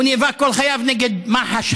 הוא נאבק כל חייו נגד מח"ש,